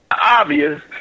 obvious